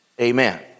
Amen